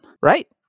right